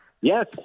Yes